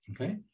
okay